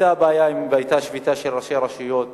כשהיתה שביתה של ראשי הרשויות